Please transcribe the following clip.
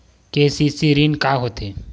KCC ऋण का होथे?